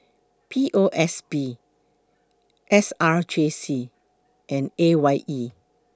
P O S B S R J C and A Y E